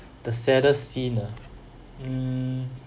the saddest scene ah mm